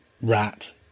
rat